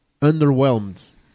underwhelmed